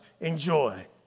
enjoy